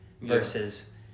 versus